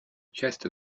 chest